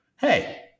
hey